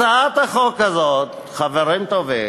הצעת החוק הזאת, חברים טובים,